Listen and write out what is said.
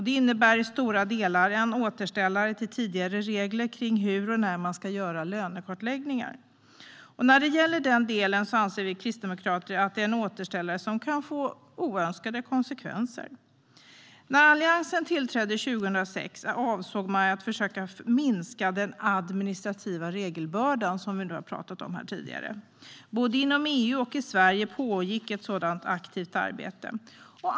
Det innebär i stora delar en återgång till tidigare regler för hur och när man ska göra lönekartläggningar. Och när det gäller den delen anser vi kristdemokrater att det är en återgång som kan få oönskade konsekvenser. När Alliansen tillträdde 2006 avsåg man att försöka minska den administrativa regelbördan, som det har talats om här tidigare. Både inom EU och i Sverige pågick ett aktivt arbete.